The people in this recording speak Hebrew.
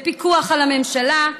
בפיקוח על הממשלה,